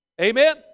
Amen